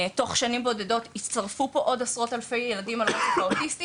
בשנים בודדות הצטרפו פה עוד עשרות אלפי ילדים על הרצף האוטיסטי